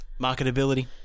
Marketability